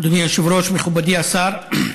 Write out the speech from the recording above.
אדוני היושב-ראש, מכובדי השר,